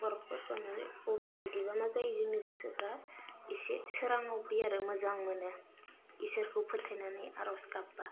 न'खर फोरफोननानै अब्ला बिदिबा मा जायो जोंनि गोसोफ्रा इसे सोराङाव फैयो आरो मोजां मोनो ईश्वोरखौ फोथाइनानै आर'ज गाब्बा